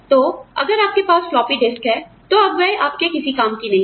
तो अगर आपके पास फ्लॉपी डिस्क है तो अब यह आपके किसी काम की नहीं है